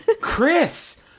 Chris